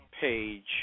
page